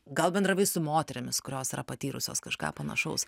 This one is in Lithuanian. gal bendravai su moterimis kurios yra patyrusios kažką panašaus